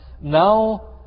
Now